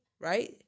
right